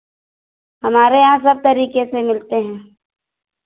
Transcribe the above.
हमारे यहाँ सब तरीके से मिलते हैं